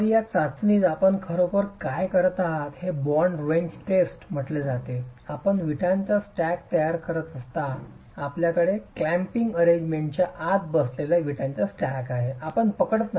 तर या चाचणीत आपण खरोखर काय करत आहात हे बाँड रेंच टेस्ट म्हटले जाते आपण विटाचा स्टॅक तयार करता आपल्याकडे क्लॅम्पिंग अरेंजमॅनच्या आत बसलेल्या विटांचा स्टॅक आहे आपण पकडत नाही